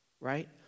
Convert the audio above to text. right